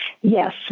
Yes